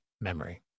memory